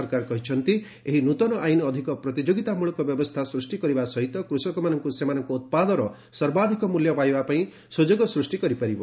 ସରକାର କହିଛନ୍ତି ଏହି ନୃତନ ଆଇନ ଅଧିକ ପ୍ରତିଯୋଗିତାମଳକ ବ୍ୟବସ୍ଥା ସୃଷ୍ଟି କରିବା ସହିତ କୃଷକମାନଙ୍କୁ ସେମାନଙ୍କ ଉତ୍ପାଦର ସର୍ବାଧିକ ମୂଲ୍ୟ ପାଇବା ପାଇଁ ସୁଯୋଗ ସୃଷ୍ଟି କରିପାରିବ